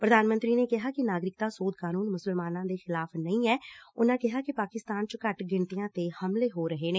ਪ੍ਰਧਾਨ ਮੰਤਰੀ ਨੇ ਕਿਹਾ ਕਿ ਨਾਗਰਿਕਤਾ ਸੋਧ ਕਾਨੂੰਨ ਮੁਸਲਮਾਨਾਂ ਦੇ ਖਿਲਾਫ਼ ਨਹੀਂ ਐ ਉਨਾਂ ਕਿਹਾ ਕਿ ਪਾਕਿਸਤਾਨ ਚ ਘੱਟ ਗਿਣਤੀਆਂ ਤੇ ਹਮਲੇ ਹੋ ਰਹੇ ਨੇ